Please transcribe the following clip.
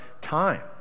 time